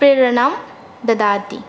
प्रेरणां ददाति